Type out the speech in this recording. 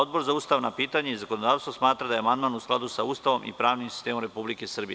Odbor za ustavna pitanja i zakonodavstvo smatra da je amandman u skladu sa Ustavom i pravnim sistemom Republike Srbije.